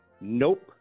nope